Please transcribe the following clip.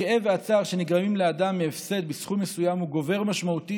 הכאב והצער שנגרמים לאדם מהפסד בסכום מסוים גובר משמעותית,